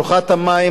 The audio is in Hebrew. ברוכת המים,